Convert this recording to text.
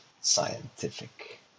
scientific